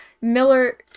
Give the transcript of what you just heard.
Miller